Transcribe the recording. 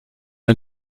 ein